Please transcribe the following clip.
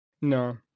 No